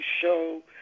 show